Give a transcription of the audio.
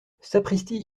sapristi